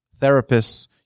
therapists